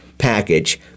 package